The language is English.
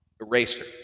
eraser